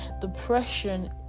depression